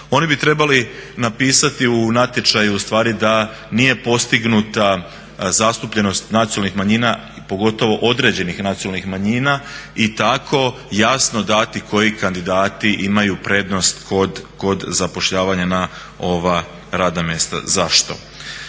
oni bi trebali napisati u natječaju da nije postignuta zastupljenost nacionalnih manjina i pogotovo određenih nacionalnih manjina i tako jasno dati koji kandidati imaju prednost kod zapošljavanja na ova radna mjesta. Zašto?